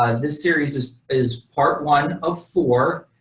um this series is is part one of four.